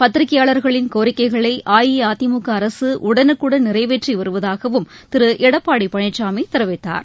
பத்திரிகையாளர்களின் கோரிக்கைகளை அஇஅதிமுக அரசு உடனுக்குடன் நிறைவேற்றி வருவதாகவும் திரு எடப்பாடி பழனிசாமி தெரிவித்தார்